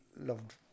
Loved